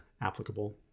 applicable